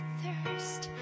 thirst